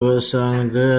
basanzwe